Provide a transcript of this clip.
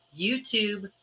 YouTube